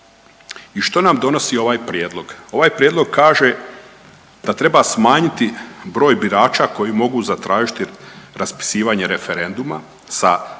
I što nam donosi ovaj prijedlog? Ovaj prijedlog kaže da treba smanjiti broj birača koji mogu zatražiti raspisivanje referenduma sa 10% što